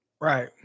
Right